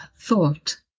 Thought